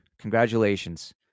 Congratulations